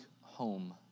home